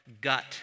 gut